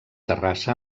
terrassa